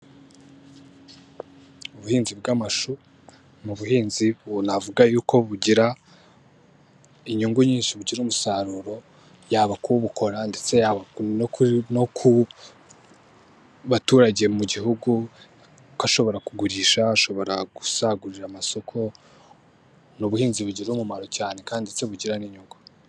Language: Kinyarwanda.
Ubuhinzi bw'amashu ni ubuhinzi navuga yuko bugira inyungu nyinshi. Bugira umusaruro yaba ku ubukora ndetse yaba no ku baturage mu gihugu kuko ashobora kugurisha, ashobora gusagurira amasoko. Ni ubuhinzi bugira umumaro cyane kandi ndetse bugira n'inyungu.